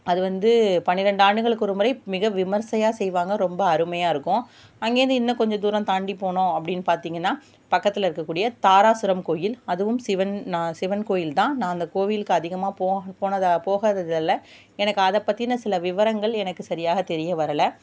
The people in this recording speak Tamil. அது வந்து பன்னிரெண்டு ஆண்டுகளுக்கு ஒருமுறை மிக விமர்சையாக செய்வாங்க ரொம்ப அருமையாக இருக்கும் அங்கேயிர்ந்து இன்னும் கொஞ்ச தூரம் தாண்டி போனோம் அப்படின் பார்த்திங்கனா பக்கத்தில் இருக்கக்கூடிய தாராசுரம் கோயில் அதுவும் சிவன் சிவன் கோயில் தான் நான் அந்த கோவில்க்கு அதிகமாக போனது போகாதது அல்ல எனக்கு அதைப்பத்தின சில விவரங்கள் எனக்கு சரியாக தெரிய வரலை